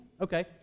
Okay